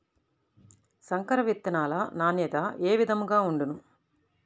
సంకర విత్తనాల నాణ్యత ఏ విధముగా ఉండును?